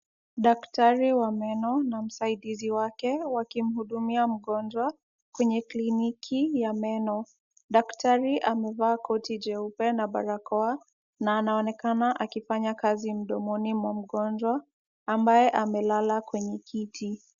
Daktari wa meno na msaidizi wake wakimuhudumia mgonjwa kwenye kliniki ya meno. Daktari amevaa koti jeupe na barakoa na anaonekana akifanya kazi mdomoni mwa mgonjwa, ambaye amelala kwenye kiti.